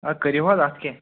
اَدٕ کٔرِو حظ اَتھ کیٛاہ